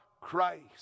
Christ